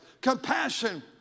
Compassion